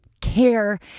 care